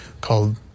called